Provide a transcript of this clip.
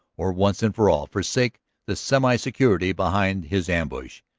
or once and for all forsake the semi-security behind his ambush.